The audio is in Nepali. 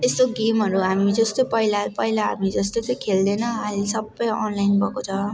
यस्तो गेमहरू हामी जस्तो पहिला पहिला हामी जस्तो चाहिँ खेल्दैन अहिले सबै अनलाइन भएको छ